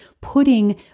putting